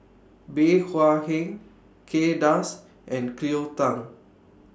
Bey Hua Heng Kay Das and Cleo Thang